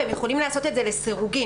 והם יכולים לעשות את זה לסירוגין.